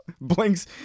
Blinks